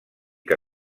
que